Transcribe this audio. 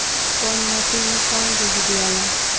कौन माटी मे कौन बीज दियाला?